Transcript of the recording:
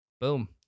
Boom